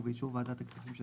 ובאישור ועדת הכספים של